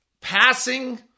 passing